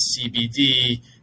cbd